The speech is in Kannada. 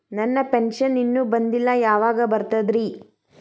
ನನ್ನ ಪೆನ್ಶನ್ ಇನ್ನೂ ಬಂದಿಲ್ಲ ಯಾವಾಗ ಬರ್ತದ್ರಿ?